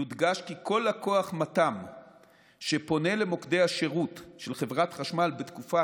יודגש כי כל לקוח מת"מ שפונה למוקדי השירות של חברת חשמל בתקופה